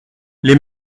les